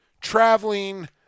traveling